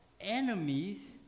enemies